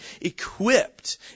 equipped